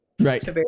Right